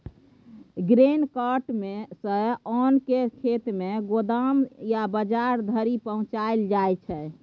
grain cart सँ ओन केँ खेत सँ गोदाम या बजार धरि पहुँचाएल जाइ छै